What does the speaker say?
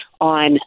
on